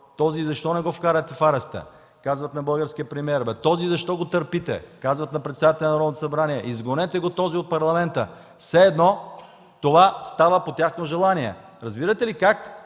„Този, защо не го вкарате в ареста?”. Казват на българския премиер: „Този, защо го търпите?”. Казват на председателя на Народното събрание: „Изгонете го този от Парламента!”. Все едно това става по тяхно желание. Разбирате ли как